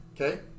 Okay